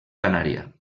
canària